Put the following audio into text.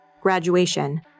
Graduation